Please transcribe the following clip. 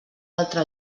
altre